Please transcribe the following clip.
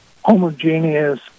homogeneous